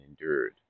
endured